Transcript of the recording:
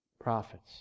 prophets